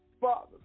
Father